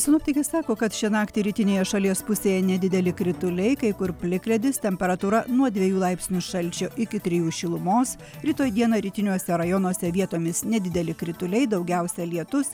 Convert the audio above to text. sinoptikai sako kad šią naktį rytinėje šalies pusėje nedideli krituliai kai kur plikledis temperatūra nuo dviejų laipsnių šalčio iki trijų šilumos rytoj dieną rytiniuose rajonuose vietomis nedideli krituliai daugiausia lietus